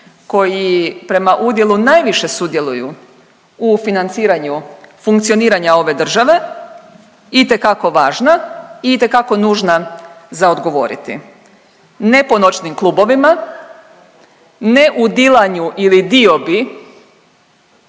koji prema udjelu najviše sudjeluju u financiranju funkcioniranja ove države itekako važna i itekako nužna za odgovoriti ne po noćnim klubovima, ne u dilanju ili diobi